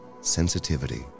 sensitivity